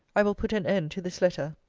i will put an end to this letter.